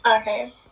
Okay